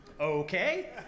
Okay